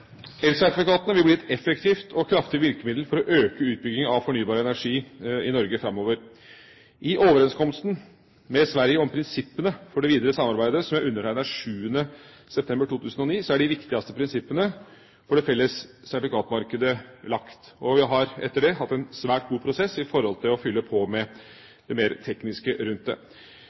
Elsertifikatene vil bli et effektivt og kraftig virkemiddel for å øke utbyggingen av fornybar energi i Norge framover. I overenskomsten med Sverige om prinsippene for det videre samarbeidet, som jeg undertegnet 7. september 2009, er de viktigste prinsippene for det felles sertifikatmarkedet lagt. Vi har etter det hatt en svært god prosess i forhold til å fylle på med det mer tekniske